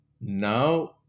Now